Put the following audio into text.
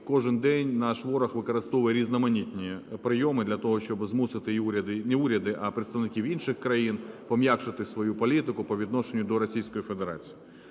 кожен день наш ворог використовує різноманітні прийоми для того, щоб змусити і уряди… не уряди, а представників інших країн пом'якшити свою політику по відношенню до Російської Федерації.